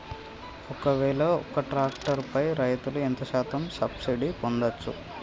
ఒక్కవేల ఒక్క ట్రాక్టర్ పై రైతులు ఎంత శాతం సబ్సిడీ పొందచ్చు?